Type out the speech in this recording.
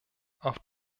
auf